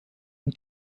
und